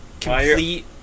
complete